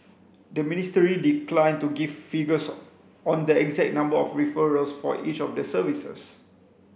the ministry declined to give figures on the exact number of referrals for each of the services